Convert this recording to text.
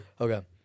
okay